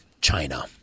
china